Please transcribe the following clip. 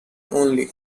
only